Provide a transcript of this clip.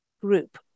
group